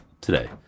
today